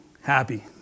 happy